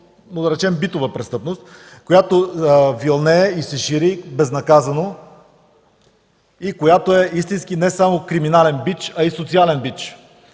но, да речем, битова престъпност, която вилнее и се шири безнаказано и която е истински не само криминален, а и социален бич.